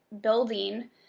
building